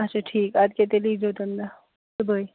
اَچھا ٹھیٖک اَدٕ کیٛاہ تیٚلہِ ییٖزیٚو تَمہِ دۄہ صُبحٲے